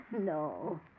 No